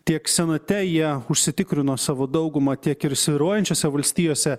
tiek senate jie užsitikrino savo daugumą tiek ir svyruojančiose valstijose